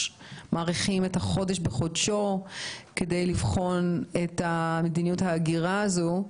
מאריכים את החודש בחודשו כדי לבחון את מדיניות ההגירה הזו.